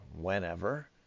whenever